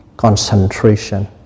concentration